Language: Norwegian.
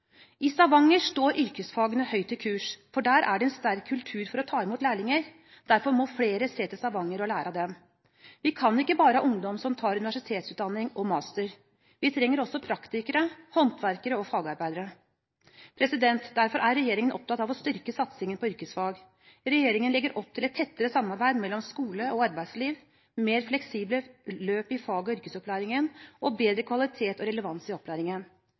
I Stavanger står yrkesfagene høyt i kurs, for der er det en sterk kultur for å ta imot lærlinger. Derfor må flere se til Stavanger og lære av dem. Vi kan ikke bare ha ungdom som tar universitetsutdanning og master. Vi trenger også praktikere, håndverkere og fagarbeidere. Derfor er regjeringen opptatt av å styrke satsingen på yrkesfag. Regjeringen legger opp til et tettere samarbeid mellom skole og arbeidsliv, mer fleksible løp i fag- og yrkesopplæringen og bedre kvalitet og relevans i opplæringen.